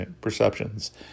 perceptions